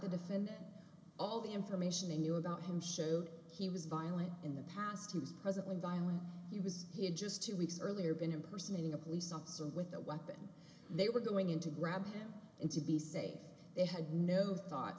the defendant all the information they knew about him showed he was violent in the past he was presently violent he was he had just two weeks earlier been impersonating a police officer with a weapon and they were going in to grab him and to be safe they had no thought